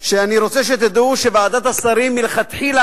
שאני רוצה שתדעו שוועדת השרים מלכתחילה